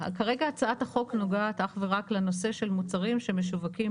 כרגע הצעת החוק נוגעת אך ורק לנושא של מוצרים שמשווקים